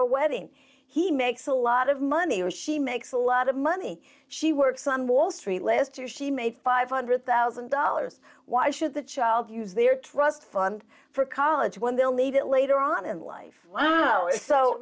a wedding he makes a lot of money or she makes a lot of money she works on wall street last year she made five hundred thousand dollars why should the child use their trust fund for college when they'll need it later on in life